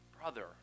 brother